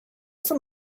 from